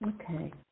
Okay